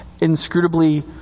inscrutably